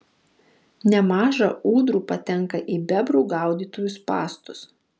nemaža ūdrų patenka į bebrų gaudytojų spąstus